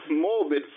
Morbid